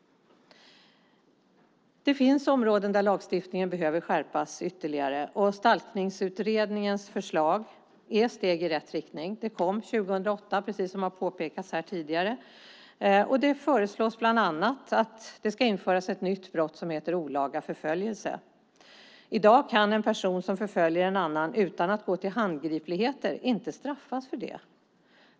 Det finns områden där lagstiftningen behöver skärpas ytterligare. Stalkningsutredningens förslag är steg i rätt riktning. De kom 2008, precis som har påpekats här tidigare. Det föreslås bland annat att ett nytt brott som heter olaga förföljelse ska införas. I dag kan en person som förföljer en annan utan att gå till handgripligheter inte straffas för det.